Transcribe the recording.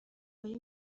wari